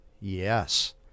yes